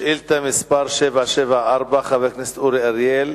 שאילתא מס' 774 של חבר הכנסת אורי אריאל,